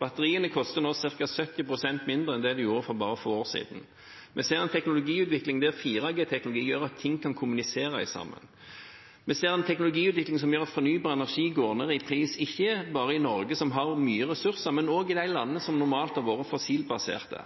Batteriene koster nå ca. 70 pst. mindre enn de gjorde for bare få år siden. Vi ser en teknologiutvikling der 4G-teknologi gjør at ting kan kommunisere. Vi ser en teknologiutvikling som gjør at fornybar energi går ned i pris, ikke bare i Norge, som har mye ressurser, men også i de landene som normalt har vært fossilbaserte.